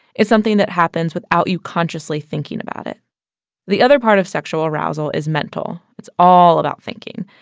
it's something that happens without you consciously thinking about it the other part of sexual arousal is mental, it's all about thinking.